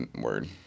word